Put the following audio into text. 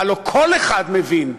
הלוא כל אחד מבין,